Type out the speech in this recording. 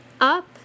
up